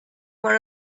one